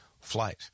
flight